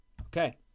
Okay